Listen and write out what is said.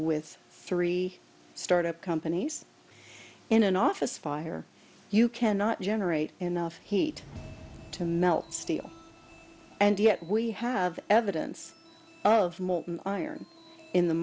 with three start up companies in an office fire you cannot generate enough heat to melt steel and yet we have evidence of i